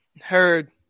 heard